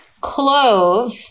clove